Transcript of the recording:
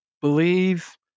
believe